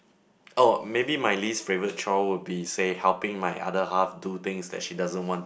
maybe my least favourite chore would be say helping my other half do things that she doesn't want